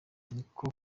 niko